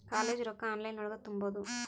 College ರೊಕ್ಕ online ಒಳಗ ತುಂಬುದು?